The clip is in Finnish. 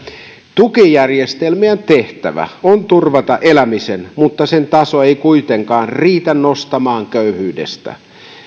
tukijärjestelmien tehtävä on turvata eläminen mutta niiden tason ei kuitenkaan tarvitse riittää nostamaan köyhyydestä